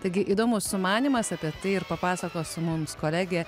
taigi įdomus sumanymas apie tai ir papasakos mums kolegė